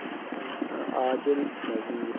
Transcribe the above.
Adil Nazir